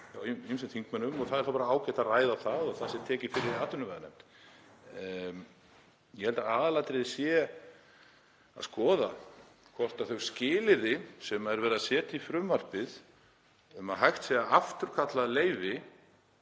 og það er þá bara ágætt að ræða það og að það sé tekið fyrir í atvinnuveganefnd. Ég held að aðalatriðið sé að skoða hvort þau skilyrði sem verið er að setja í frumvarpið um að hægt sé að afturkalla það leyfi